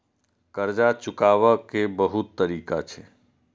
कर्जा चुकाव के बहुत तरीका छै?